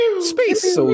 Space